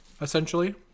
Essentially